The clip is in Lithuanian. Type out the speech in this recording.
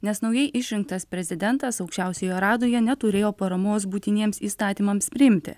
nes naujai išrinktas prezidentas aukščiausiojoje radoje neturėjo paramos būtiniems įstatymams priimti